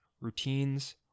routines